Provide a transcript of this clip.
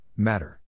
Matter